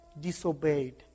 disobeyed